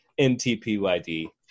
NTPYD